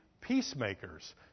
peacemakers